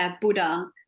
Buddha